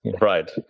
right